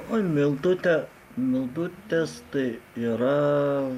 oi mildutė mildutės tai yra